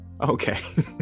Okay